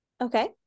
Okay